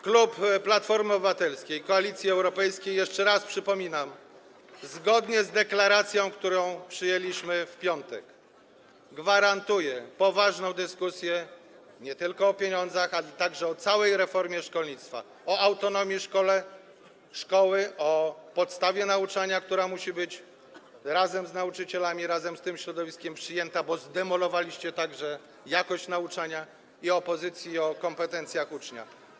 Klub Platformy Obywatelskiej i Koalicji Europejskiej, jeszcze raz przypominam, zgodnie z deklaracją, którą przyjęliśmy w piątek, gwarantuje poważną dyskusję nie tylko o pieniądzach, ale także o reformie szkolnictwa, o autonomii szkoły, o podstawie nauczania, która musi być z nauczycielami, z tym środowiskiem przyjęta, bo zdemolowaliście także jakość nauczania, i o pozycji i kompetencjach ucznia.